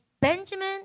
Benjamin